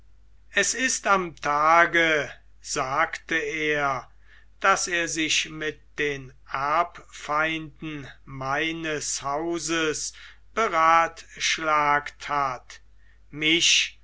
es ist am tage sagte er daß er sich mit den erbfeinden meines hauses beratschlagt hat mich